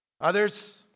Others